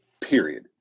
period